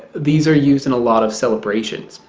these are used in a lot of celebrations.